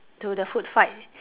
to the food fight